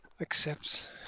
accepts